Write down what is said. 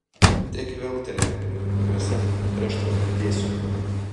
tik viauktelėk pagrasina ir aš tave nudėsiu